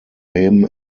him